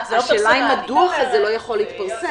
השאלה היא אם הדוח הזה לא יכול להתפרסם.